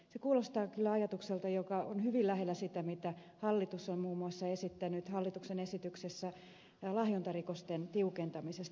se kuulostaa kyllä ajatukselta joka on hyvin lähellä sitä mitä hallitus on esittänyt muun muassa hallituksen esityksessä lahjontarikosten tiukentamisesta